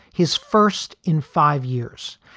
his first in five years,